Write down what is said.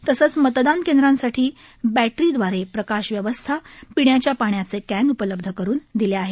तसेच मतदान केंद्रांसाठी बप्तरीव्दारे प्रकाश व्यवस्था पिण्याच्या पाण्याचे क्म उपलब्ध करुन दिले आहेत